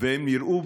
אז אדוני